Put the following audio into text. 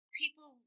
people